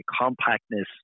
compactness